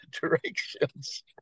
directions